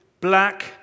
black